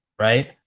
Right